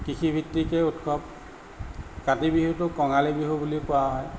কৃষিভিত্তিকেই উৎসৱ কাতি বিহুটোক কঙালী বিহু বুলিও কোৱা হয়